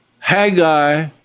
Haggai